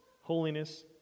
holiness